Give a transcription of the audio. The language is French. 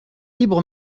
libre